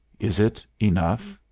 is it enough?